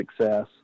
success